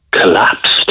collapsed